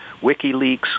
WikiLeaks